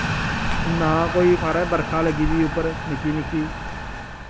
नां कोई माराज बरखा लग्गी दी उप्पर निक्की निक्की